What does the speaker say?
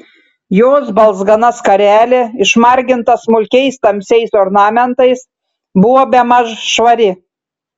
jos balzgana skarelė išmarginta smulkiais tamsiais ornamentais buvo bemaž švari